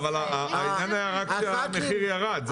אבל המחיר ירד.